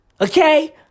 Okay